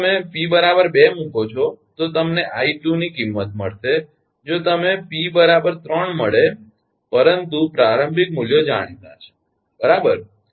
જો તમે 𝑝 2 મુકો છો તો તમને 𝑖2 ની કિંમત મળશે જો તમને 𝑝 3 મળે પરંતુ પ્રારંભિક મૂલ્યો જાણીતા છે બરાબર